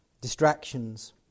distractions